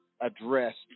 addressed